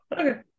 okay